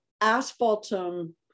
asphaltum